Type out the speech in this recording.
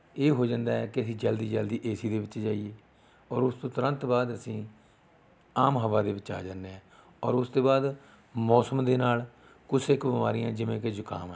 ਇਹ ਹੋ ਜਾਂਦਾ ਹੈ ਕਿ ਅਸੀਂ ਜਲਦੀ ਜਲਦੀ ਏ ਸੀ ਦੇ ਵਿੱਚ ਜਾਈਏ ਔਰ ਉਸ ਤੋਂ ਤੁਰੰਤ ਬਾਅਦ ਅਸੀਂ ਆਮ ਹਵਾ ਦੇ ਵਿੱਚ ਆ ਜਾਂਦੇ ਹਾਂ ਔਰ ਉਸ ਤੋਂ ਬਾਅਦ ਮੌਸਮ ਦੇ ਨਾਲ ਕੁਛ ਕੁ ਬਿਮਾਰੀਆਂ ਜਿਵੇਂ ਕਿ ਜ਼ੁਕਾਮ ਹੈ